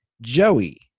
Joey